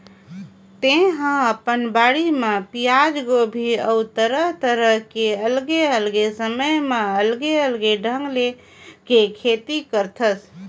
तेहा अपन बाड़ी म पियाज, गोभी अउ तरह तरह के अलगे अलगे समय म अलगे अलगे ढंग के खेती करथस